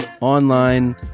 online